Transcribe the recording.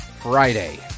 Friday